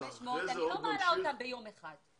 אני לא מעלה את כל ה-4,500 ביום אחד.